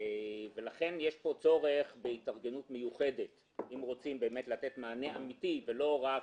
ולכן יש פה צורך בהתארגנות מיוחדת אם רוצים לתת מענה אמתי ולא רק